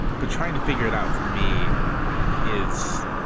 but trying to figure it out for me is